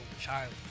Child